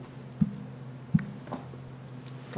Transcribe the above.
יעל,